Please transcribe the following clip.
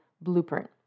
blueprint